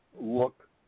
look